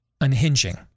unhinging